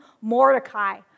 Mordecai